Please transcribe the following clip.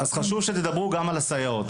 אז חשוב שתדברו גם על הסייעות.